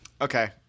Okay